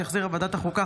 שהחזירה ועדת החוקה,